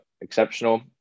exceptional